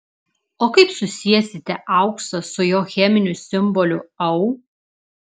o kaip susiesite auksą su jo cheminiu simboliu au